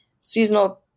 seasonal